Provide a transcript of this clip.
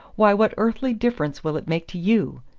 why, what earthly difference will it make to you?